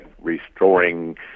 restoring